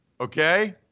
okay